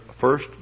first